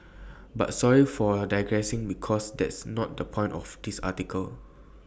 but sorry for digressing because that's not the point of this article